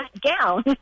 gown